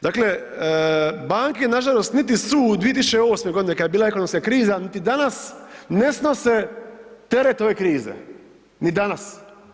Dakle, banke nažalost niti su u 2008.g. kad je bila ekonomska kriza, niti danas ne snose teret ove krize, ni danas.